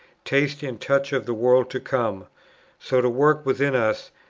taste and touch of the world to come so to work within us,